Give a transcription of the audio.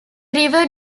river